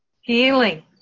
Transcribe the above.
Healing